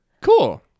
cool